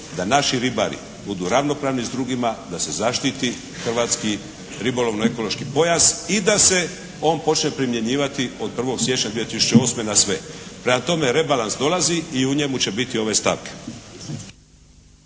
da naši ribari budu ravnopravni s drugima, da se zaštiti hrvatski ribolovno-ekološki pojas i da se on počne primjenjivati od 1. siječnja 2008. na sve. Prema tome rebalans dolazi i u njemu će biti ove stavke.